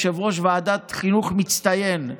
יושב-ראש ועדת חינוך מצטיין.